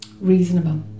Reasonable